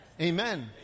Amen